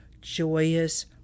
joyous